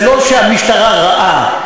זה לא שהמשטרה רעה.